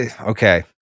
okay